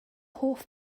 hoff